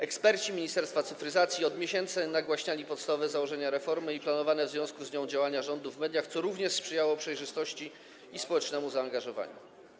Eksperci Ministerstwa Cyfryzacji od miesięcy nagłaśniali podstawowe założenia reformy i planowane w związku z nią działania rządu w mediach, co również sprzyjało przejrzystości i społecznemu zaangażowaniu.